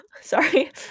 sorry